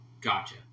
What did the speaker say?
Gotcha